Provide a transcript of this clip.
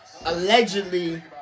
allegedly